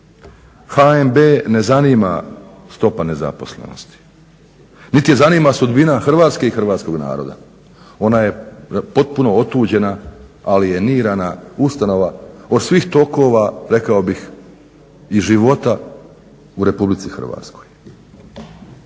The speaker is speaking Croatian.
HNB ne zanima stopa nezaposlenosti, niti je zanima sudbina Hrvatske i hrvatskog naroda. Ona je potpuno otuđena, alijenirana ustanova od svih tokova rekao bih i života u RH. Zašto